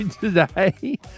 today